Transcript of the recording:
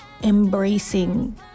embracing